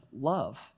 love